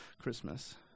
Christmas